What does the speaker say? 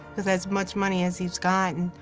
with as much money as he's gotten,